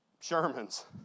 Sherman's